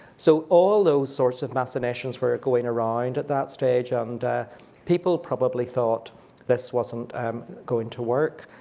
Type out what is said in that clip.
so all those sorts of machinations were going around at that stage, and people probably thought this wasn't going to work.